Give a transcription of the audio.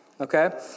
okay